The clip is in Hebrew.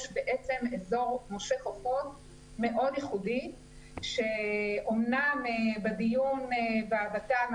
יש בעצם אזור מאוד ייחודי שאמנם בדיון בוות"ל,